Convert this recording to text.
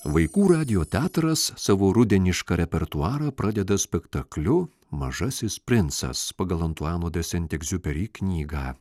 vaikų radijo teatras savo rudenišką repertuarą pradeda spektakliu mažasis princas pagal antuano de sent egziuperi knygą